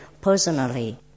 personally